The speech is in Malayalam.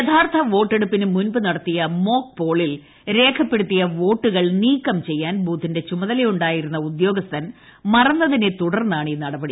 യഥാർത്ഥ വോട്ടെടുപ്പിന് മുൻപ് നടത്തിയ മോക്ക്പോളിൽ രേഖപ്പെടുത്തിയ വോട്ടുകൾ നീക്കം ചെയ്യാൻ ബൂത്തിന്റെ ചുമതല ഉണ്ടായിരുന്ന ഉദ്യോഗസ്ഥൻ മറന്നതിനെ തുടർന്നാണ് ഈ നടപടി